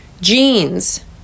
jeans